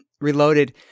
Reloaded